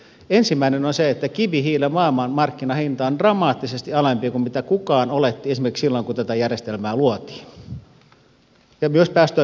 ensimmäinen on se että kivihiilen maailmanmarkkinahinta on dramaattisesti alempi kuin kukaan oletti esimerkiksi silloin kun tätä järjestelmää luotiin ja myös päästöoikeuden hinta on alempi